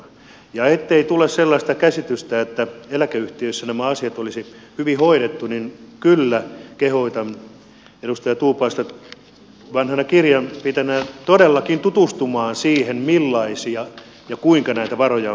ja ettei tule sellaista käsitystä että eläkeyhtiöissä nämä asiat olisi huonosti hoidettu niin kyllä kehotan edustaja tuupaista vanhana kirjanpitäjänä todellakin tutustumaan siihen kuinka näitä varoja on sijoitettu